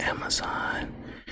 Amazon